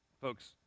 Folks